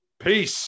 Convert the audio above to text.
Peace